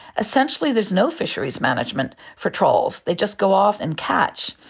essentially there is no fisheries management for trawls, they just go off and catch.